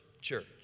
church